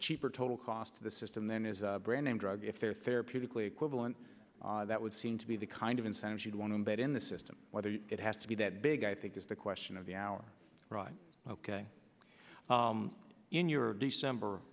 cheaper total cost of the system then is a brand name drug if they're therapeutically equivalent that would seem to be the kind of incentives you'd want to bet in the system whether it has to be that big i think is the question of the hour ok in your december